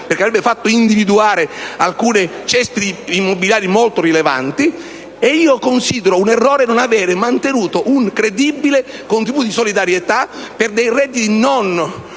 perché avrebbe fatto individuare alcuni cespiti immobiliari molto rilevanti. Considero un errore non aver mantenuto un credibile contributo di solidarietà per redditi non